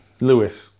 Lewis